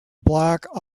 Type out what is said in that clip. black